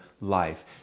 life